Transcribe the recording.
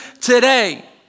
today